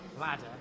ladder